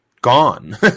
gone